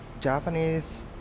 Japanese